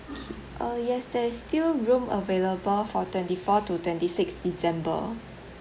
okay uh yes there is still room available for twenty fourth to twenty sixth december